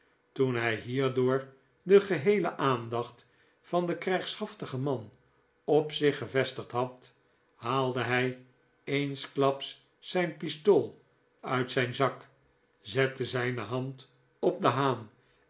toen hij hierdoor de geheele aandacht van den krijgshaftigen man op zich gevestigd had haalde hij eensklaps zijn pistool uit zijn zak zette zijne hand op den haan